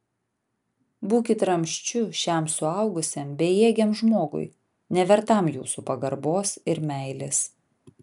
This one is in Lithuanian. būkit ramsčiu šiam suaugusiam bejėgiam žmogui nevertam jūsų pagarbos ir meilės